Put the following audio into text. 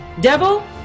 devil